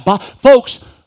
Folks